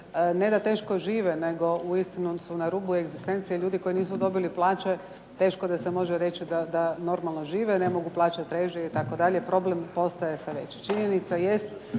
ne da teško žive nego uistinu su na rubu egzistencije, ljudi koji nisu dobili plaće teško da se može reći da normalno žive, ne mogu plaćati režije itd. Problem postaje sve veći. Činjenica jest